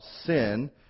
sin